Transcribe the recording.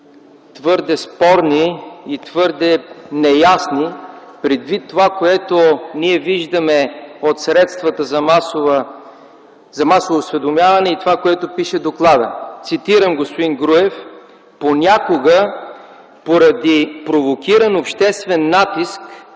твърде спорни и твърде неясни, предвид това, което ние виждаме от средствата за масово осведомяване, и това, което пише в доклада. Цитирам, господин Груев: „Понякога, поради провокиран обществен натиск